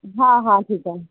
हाँ हाँ ठीक है